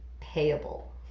payable